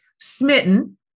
smitten